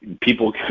People